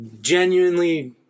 genuinely